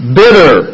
bitter